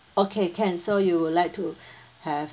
okay can so you would like to have